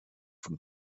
von